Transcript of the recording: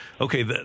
okay